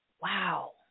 Wow